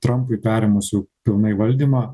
trampui perėmus jau pilnai valdymą